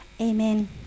Amen